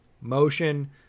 motion